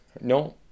No